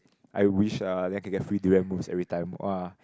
I wish ah that I can get free durian mousse everytime [wah]